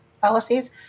policies